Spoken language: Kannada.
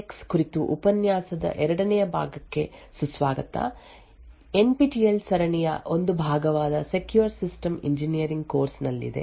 ಹಲೋ ಮತ್ತು ಇಂಟೆಲ್ ಎಸ್ಜಿಎಕ್ಸ್ ಕುರಿತು ಉಪನ್ಯಾಸದ ಎರಡನೇ ಭಾಗಕ್ಕೆ ಸುಸ್ವಾಗತ N P T E L ಸರಣಿಯ ಒಂದು ಭಾಗವಾದ ಸೆಕ್ಯೂರ್ ಸಿಸ್ಟಮ್ಸ್ ಇಂಜಿನಿಯರಿಂಗ್ ಕೋರ್ಸ್ ನಲ್ಲಿದೆ